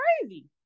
crazy